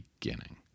beginning